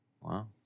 Wow